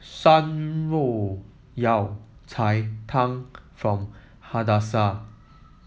Shan Rui Yao Cai Tang for Hadassah